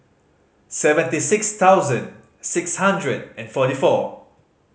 seventy six thousand six hundred and forty four